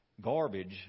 garbage